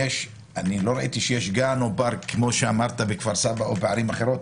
לא ראיתי שיש גן או פארק כמו בכפר סבא או בערים אחרות,